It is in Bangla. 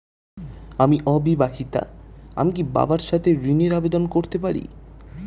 আমি অবিবাহিতা আমি কি বাবার সাথে ঋণের আবেদন করতে পারি?